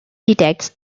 detects